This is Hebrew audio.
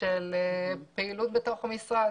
של פעילות בתוך המשרד.